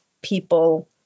people